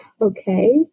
okay